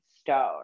stone